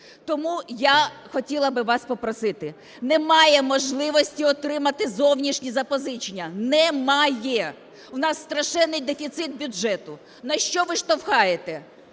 Тому я хотіла би вас попросити. Немає можливості отримати зовнішні запозичення, немає. У нас страшенний дефіцит бюджету. На що ви штовхаєте: